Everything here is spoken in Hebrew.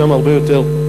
שם יש הרבה יותר כסף,